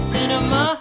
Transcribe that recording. Cinema